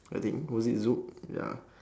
I think was it zouk ya